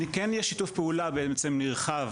כן יש שיתוף פעולה בעצם נרחב,